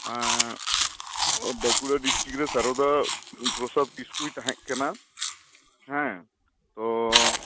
Bankura district ᱨᱮ ᱥᱟᱨᱚᱫᱟ ᱯᱨᱚᱥᱟᱫᱽ ᱠᱤᱥᱠᱩᱭ ᱛᱟᱦᱮᱱ ᱠᱟᱱᱟ ᱦᱮᱸ ᱛᱚ